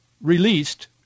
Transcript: released